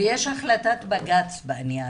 ויש החלטת בג"צ בעניין.